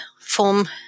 form